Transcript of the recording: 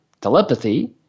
telepathy